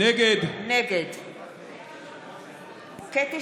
נגד קטי